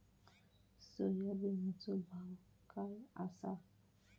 सोयाबीनचो भाव काय आसा?